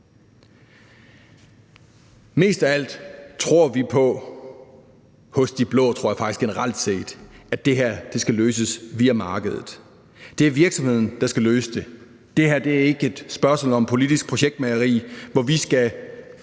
Mest af alt tror vi hos de blå – jeg tror faktisk generelt set – på, at det her skal løses via markedet. Det er virksomhederne, der skal løse det. Det her er ikke et spørgsmål om politisk projektmageri, hvor vi skal